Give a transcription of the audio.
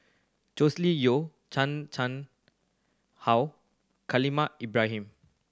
Joscelin Yeo Chan Chang How Khalil Ibrahim